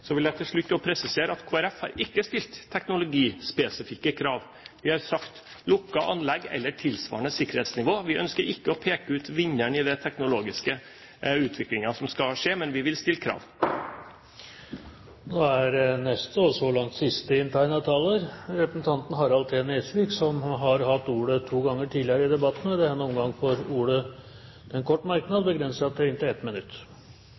Så vil jeg til slutt også presisere at Kristelig Folkeparti ikke har stilt teknologispesifikke krav – vi har sagt lukkede anlegg eller tilsvarende sikkerhetsnivå. Vi ønsker ikke å peke ut vinneren i den teknologiske utviklingen som skal skje, men vi vil stille krav. Representanten Harald T. Nesvik har hatt ordet to ganger tidligere i debatten og får ordet til en kort merknad, begrenset til 1 minutt.